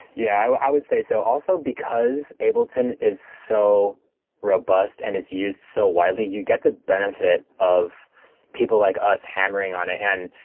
yeah i would say so. also because ableton is so robust and is used so widely, you get the benefit of people like us hammering on it. and